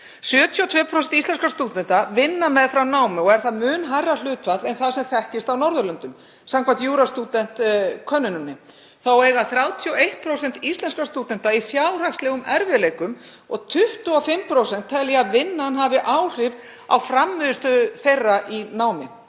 72% íslenskra stúdenta vinna meðfram námi og er það mun hærra hlutfall en það sem þekkist á Norðurlöndum, samkvæmt EUROSTUDENT-könnuninni. Þá á 31% íslenskra stúdenta í fjárhagslegum erfiðleikum og 25% telja að vinnan hafi áhrif á frammistöðu þeirra í námi.